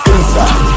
Inside